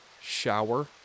shower